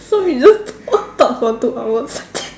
so we just talk for two hours